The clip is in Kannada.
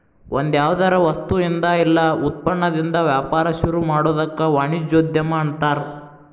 ಒಂದ್ಯಾವ್ದರ ವಸ್ತುಇಂದಾ ಇಲ್ಲಾ ಉತ್ಪನ್ನದಿಂದಾ ವ್ಯಾಪಾರ ಶುರುಮಾಡೊದಕ್ಕ ವಾಣಿಜ್ಯೊದ್ಯಮ ಅನ್ತಾರ